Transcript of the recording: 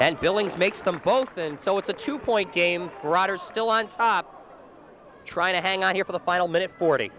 and billings makes them both and so it's a two point game brodeur still on top try to hang on here for the final minute forty